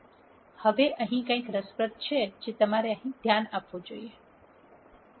હવે અહીં કંઈક રસપ્રદ છે જે તમારે અહીં ધ્યાન આપવું જોઈએ